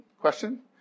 question